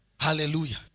Hallelujah